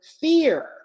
fear